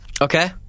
okay